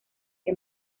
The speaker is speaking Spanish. que